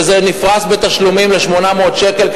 וזה נפרס בתשלומים של 800 שקל,